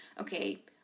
okay